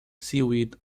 seaweed